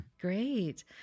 Great